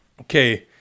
Okay